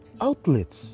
outlets